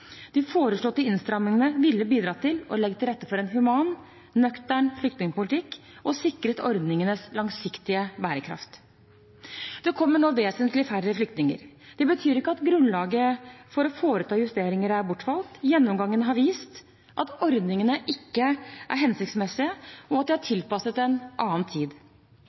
De foreslåtte innstramningene ville bidratt til å legge til rette for en human, nøktern flyktningpolitikk og sikret ordningenes langsiktige bærekraft. Det kommer nå vesentlig færre flyktninger. Det betyr ikke at grunnlaget for å foreta justeringer er bortfalt. Gjennomgangen har vist at ordningene ikke er hensiktsmessige, og at de er tilpasset en annen tid.